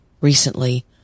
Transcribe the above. recently